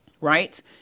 right